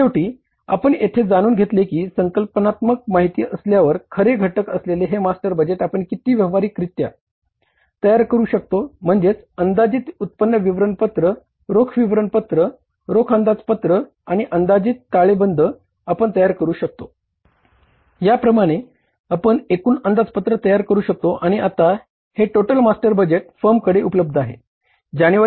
आणि शेवटी आपण येथे जाणून घेतले की संकल्पनात्मक माहिती असल्यावर खरे घटक असलेले हे मास्टर बजेट आपण किती व्यावहारिकरित्या तयार करू शकतो म्हणजेच अंदाजित उत्पन्न विवरणपत्र फर्म कडे उपलब्ध आहे